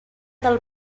del